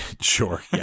Sure